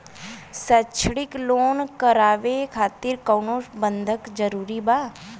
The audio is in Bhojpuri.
शैक्षणिक लोन करावे खातिर कउनो बंधक जरूरी बा?